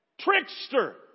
trickster